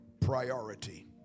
priority